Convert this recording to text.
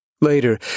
Later